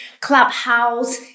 Clubhouse